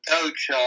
coach